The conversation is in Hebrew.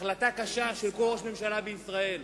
החלטה קשה של כל ראש ממשלה בישראל.